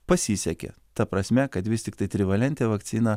pasisekė ta prasme kad vis tiktai trivalentė vakcina